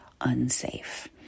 unsafe